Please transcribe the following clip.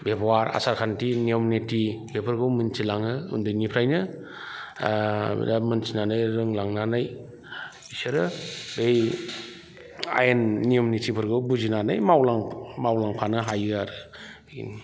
बेब'हार आसार खान्थि नियम नेथि बेफोरखौ मिथिलाङो उन्दैनिफ्रायनो मिथिनानै रोंलांनानै बिसोरो बै आइन नियम निथिफोरखौ बुजिनानै मावलांफानो हायो आरो बेनो